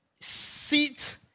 sit